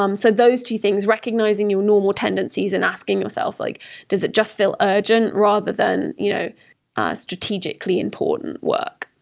um so those two things recognizing your normal tendencies and asking yourself, like does it just feel urgent rather than you know a strategically important work?